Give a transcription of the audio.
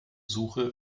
suche